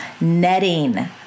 netting